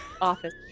office